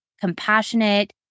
compassionate